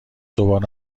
دوباره